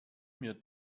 mir